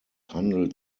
handelt